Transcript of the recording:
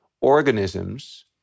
organisms